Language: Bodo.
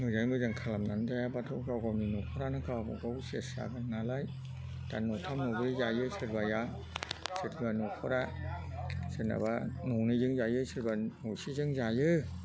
मोजाङै मोजां खालामनानै जायाबाथ' गाव गावनि नख'रानो गावबा गाव सेस जागोन नालाय दा न'थाम नब्रै जायो सोरबाया सोरबा न'खरा सोरनाबा न'नैजों जायो सोरबा न'सेजों जायो